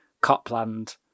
Copland